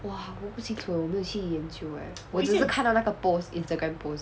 !wah! 不清楚我没有去研究 eh 我只是看到那个 post instagram post